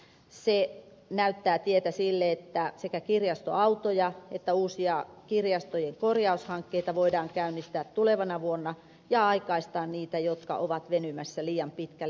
se näyttää tietä sille että sekä kirjastoautoja että uusia kirjastojen korjaushankkeita voidaan käynnistää tulevana vuonna ja aikaistaa niitä jotka ovat venymässä liian pitkälle